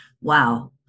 Wow